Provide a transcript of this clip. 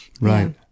Right